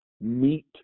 meet